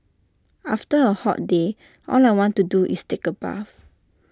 after A hot day all I want to do is take A bath